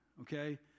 okay